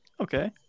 Okay